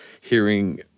hearing